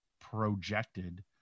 projected